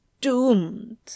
doomed